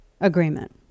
agreement